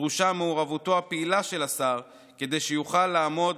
דרושה מעורבותו הפעילה של השר כדי שיוכל לעמוד